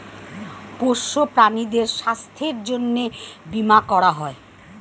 পোষ্য প্রাণীদের স্বাস্থ্যের জন্যে বীমা করা হয়